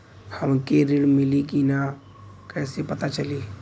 हमके ऋण मिली कि ना कैसे पता चली?